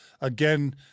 again